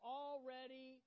already